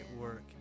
work